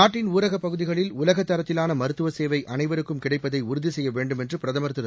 நாட்டின் ஊரகப் பகுதிகளில் உலகத் தரத்திலான மருத்துவ சேவை அனைவருக்கும் கிடைப்பதை உறுதி செய்ய வேண்டும் என்று பிரதமர் திரு